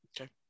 Okay